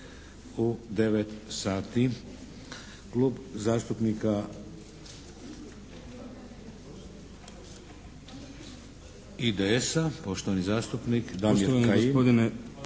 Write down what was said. u 9 sati. Klub zastupnika IDS-a, poštovani zastupnik Damir Kajin.